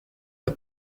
the